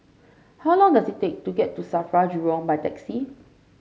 how long does it take to get to Safra Jurong by taxi